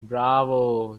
bravo